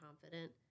confident